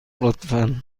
لطفا